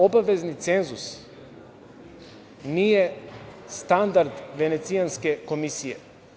Obavezni cenzus nije standard Venecijanske komisije.